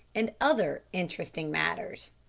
and other interesting matters.